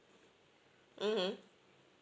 mmhmm